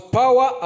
power